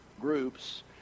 groups